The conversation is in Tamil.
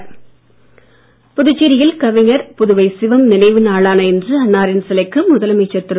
புதுவைச் சிவம் புதுச்சேரியில் கவிஞர் புதுவைச் சிவம் நினைவு நாளான இன்று அன்னாரின் சிலைக்கு முதலமைச்சர் திரு